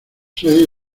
sede